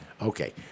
Okay